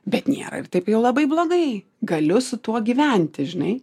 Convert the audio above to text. bet nėra ir taip jau labai blogai galiu su tuo gyventi žinai